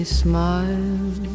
smile